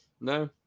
no